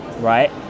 right